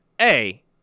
A-